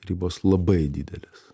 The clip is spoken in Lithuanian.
ribos labai didelės